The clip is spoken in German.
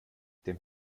dem